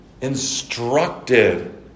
Instructed